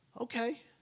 okay